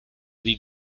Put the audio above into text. wie